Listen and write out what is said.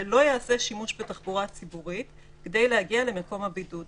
ולא יעשה שימוש בתחבורה ציבורית כדי להגיע למקום הבידוד,